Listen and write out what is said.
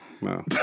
No